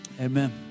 Amen